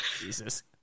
Jesus